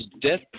death